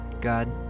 god